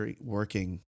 working